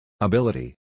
Ability